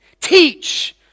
Teach